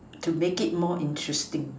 to make it more interesting